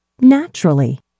naturally